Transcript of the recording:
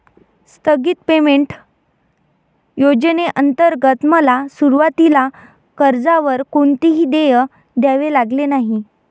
स्थगित पेमेंट योजनेंतर्गत मला सुरुवातीला कर्जावर कोणतेही देय द्यावे लागले नाही